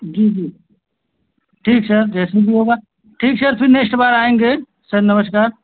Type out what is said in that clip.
जी जी ठीक सर जैसे भी होगा ठीक सर फ़िर नेस्ट बार आएँगे सर नमस्कार